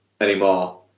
anymore